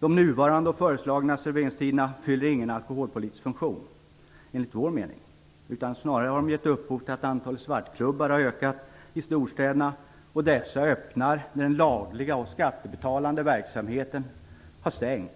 De nuvarande och föreslagna serveringstiderna fyller, enligt vår mening, ingen alkoholpolitisk funktion. Snarare har de gett upphov till att antalet svartklubbar har ökat i storstäderna. Dessa öppnar när den lagliga och skattebetalande verksamheten har stängt,